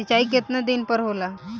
सिंचाई केतना दिन पर होला?